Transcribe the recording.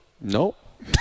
Nope